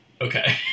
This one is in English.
okay